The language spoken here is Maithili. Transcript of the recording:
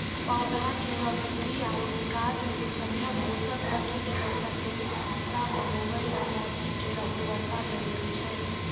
पौधा केरो वृद्धि आरु विकास लेलि सभ्भे पोसक तत्व केरो संतुलित मात्रा म होवय ल माटी केरो उर्वरता जरूरी छै